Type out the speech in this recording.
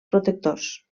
protectors